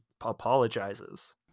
apologizes